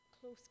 close